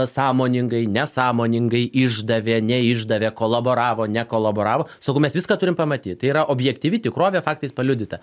sąmoningai nesąmoningai išdavė neišdavė kolaboravo nekolaboravo sakau mes viską turim pamatyt tai yra objektyvi tikrovė faktais paliudyta